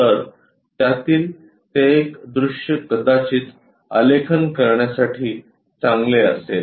तर त्यातील ते एक दृश्य कदाचित आलेखन करण्यासाठी चांगले असेल